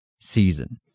season